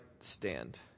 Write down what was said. stand